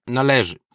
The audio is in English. należy